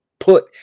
put